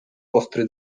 ostry